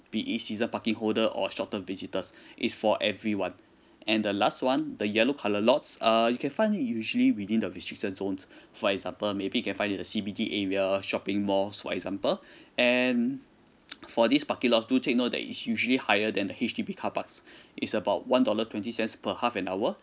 be it season parking holder or short term visitors is for everyone and the last one the yellow colour lots err you can find it usually within the restricted zones for example maybe you can find it at the C_B_D area shopping mall for example and for this parking lot do take note that it's usually higher than the H_D_B carparks it's about one dollar twenty cents per half an hour